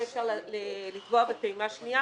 יהיה אפשר לתבוע בפעימה שנייה